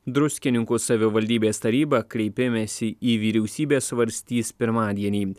druskininkų savivaldybės taryba kreipimesi į vyriausybę svarstys pirmadienį